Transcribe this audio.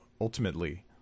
ultimately